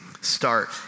start